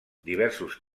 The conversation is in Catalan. diversos